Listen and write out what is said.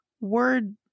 Word